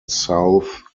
south